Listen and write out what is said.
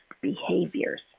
behaviors